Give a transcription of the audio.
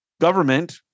government